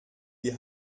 die